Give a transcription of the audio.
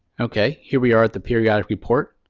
okay, here we are at the periodic report.